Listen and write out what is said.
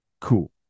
cool